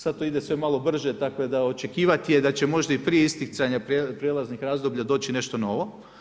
Sad sve to ide malo brže tako da očekivati je da će možda i prije isticanja prijelaznih razdoblja doći nešto novo.